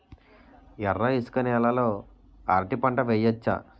ఎర్ర ఇసుక నేల లో అరటి పంట వెయ్యచ్చా?